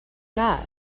not